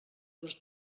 els